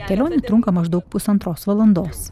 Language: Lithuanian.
kelionė trunka maždaug pusantros valandos